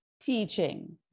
teaching